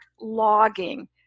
logging